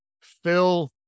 Phil